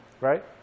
right